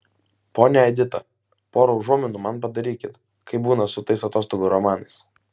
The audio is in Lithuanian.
ponia edita pora užuominų man padarykit kaip būna su tais atostogų romanais